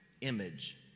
image